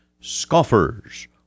scoffers